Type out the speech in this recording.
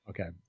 Okay